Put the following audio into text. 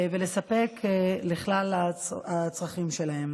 ולספק את כלל הצרכים שלהם.